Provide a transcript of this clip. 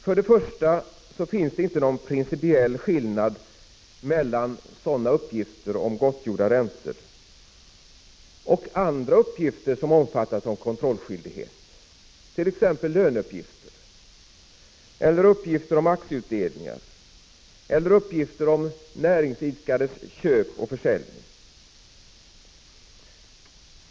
För det första finns det inte någon principiell skillnad mellan bankernas uppgifter om gottgjorda räntor och andra uppgifter som omfattas av kontrolluppgiftsskyldighet, t.ex. löneuppgifter, aktieutdelningsuppgifter och uppgifter om näringsidkares köp och försäljningar.